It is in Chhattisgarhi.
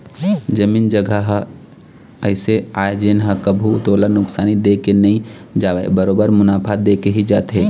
जमीन जघा ह अइसे आय जेन ह कभू तोला नुकसानी दे के नई जावय बरोबर मुनाफा देके ही जाथे